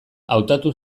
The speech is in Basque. hautatu